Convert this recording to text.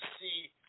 see